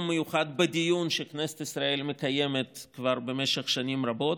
מיוחד בדיון שכנסת ישראל מקיימת כבר במשך שנים רבות,